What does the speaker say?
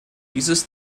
dieses